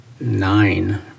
nine